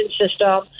system